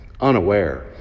Unaware